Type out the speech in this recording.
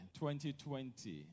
2020